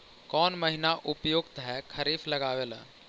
कौन महीना उपयुकत है खरिफ लगावे ला?